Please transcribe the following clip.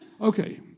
Okay